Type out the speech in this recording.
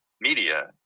media